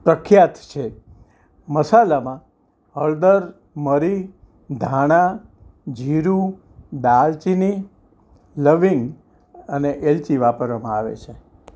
પ્રખ્યાત છે મસાલામાં હળદર મરી ધાણા જીરું દાલ ચીની લવિંગ અને એલચી વાપરવામાં આવે છે